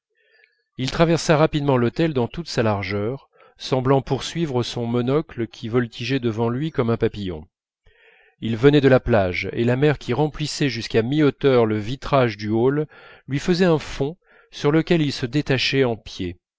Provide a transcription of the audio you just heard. il traversa rapidement l'hôtel dans toute sa largeur semblant poursuivre son monocle qui voltigeait devant lui comme un papillon il venait de la plage et la mer qui remplissait jusqu'à mi-hauteur le vitrage du hall lui faisait un fond sur lequel il se détachait en pied